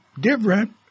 Different